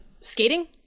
skating